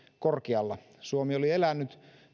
korkealla suomi oli elänyt